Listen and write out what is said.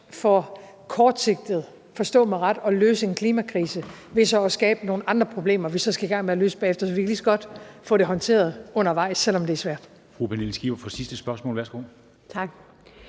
for kortsigtet, forstå mig ret, at løse klimakrisen ved så at skabe nogle andre problemer, vi så skal i gang med at løse bagefter. Så vi kan lige så godt få det håndteret undervejs, selv om det er svært. Kl. 13:57 Formanden (Henrik Dam